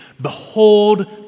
Behold